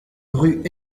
rue